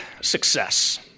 success